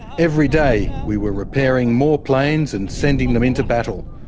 every day we were repairing more planes and sending them into battle.